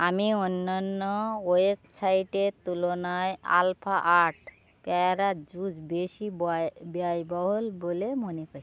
আমি অন্যান্য ওয়েবসাইটের তুলনায় আলফা আট পেয়ারার জুস বেশি বয় ব্যয়বহুল বলে মনে করি